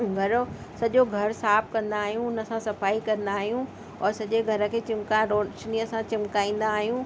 घरो सॼो घर साफ़ कंदा आहियूं उन सां सफ़ाई कंदा आहियूं और सॼे घर खे चिमकाए रोशनीअ सां चिमकाईंदा आहियूं